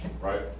Right